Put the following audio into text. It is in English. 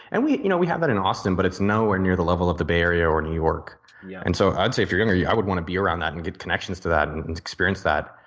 and we you know we have that in austin, but it's nowhere near the level of the bay area or new york. yeah and so i would say if you're younger yeah i would want to be around that and get connections to that and and experience that.